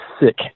sick